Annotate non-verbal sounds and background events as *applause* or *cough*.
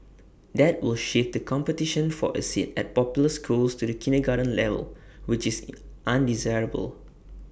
that will shift the competition for A seat at popular schools to the kindergarten level which is *noise* undesirable